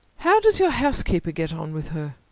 how does your housekeeper get on with her?